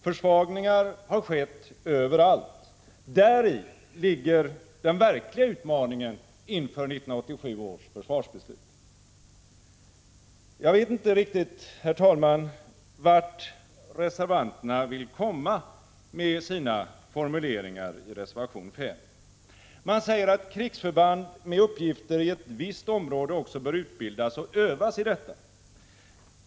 Försvagningar har skett överallt, däri ligger den verkliga utmaningen inför 1987 års försvarsbeslut. Jag vet inte riktigt, herr talman, vart reservanterna vill komma med sina formuleringar i reservation 5. Man säger att krigsförband med uppgifter i ett visst område också bör utbildas och övas i detta.